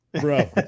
bro